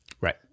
Right